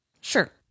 Sure